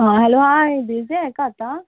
हं hello hi busy आहे का आता